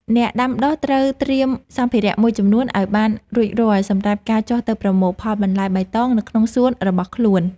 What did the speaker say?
អ្នកដាំដុះត្រូវត្រៀមសម្ភារៈមួយចំនួនឱ្យបានរួចរាល់សម្រាប់ការចុះទៅប្រមូលផលបន្លែបៃតងនៅក្នុងសួនរបស់ខ្លួន។